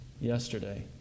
Yesterday